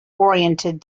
oriented